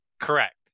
Correct